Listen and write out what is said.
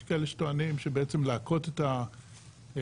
יש כאלה שטוענים שבעצם להכות את הממוצע